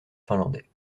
finlandais